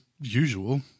usual